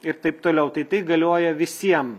ir taip toliau tai tai galioja visiem